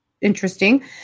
interesting